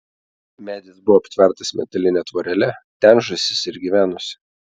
medis buvo aptvertas metaline tvorele ten žąsis ir gyvenusi